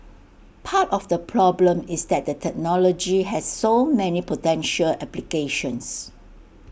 part of the problem is that the technology has so many potential applications